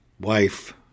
wife